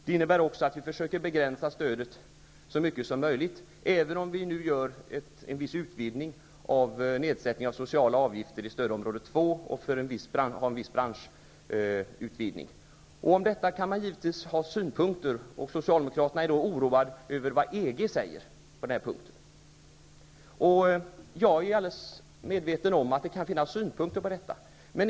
Det innebär också att vi försöker begränsa stödet så mycket som möjligt, även om vi nu gör en viss utvidgning av nedsättningen av sociala avgifter i stödområde 2 med en viss branschutvidgning. Socialdemokraterna är oroade över vad man på den här punkten säger i EG. Jag är helt medveten om att man kan ha synpunkter på detta.